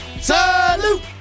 salute